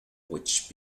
witch